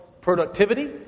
productivity